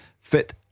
Fit